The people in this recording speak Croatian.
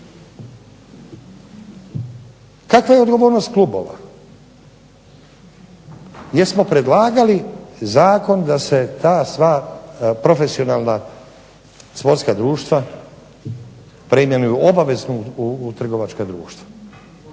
Kakav je odgovornost klubova? Jesmo predlagali zakon da se ta sva profesionalna sportska društva preimenuju u …/Ne razumije se./… u trgovačka društva.